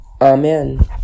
Amen